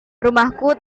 rumahku